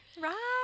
Right